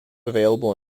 available